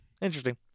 Interesting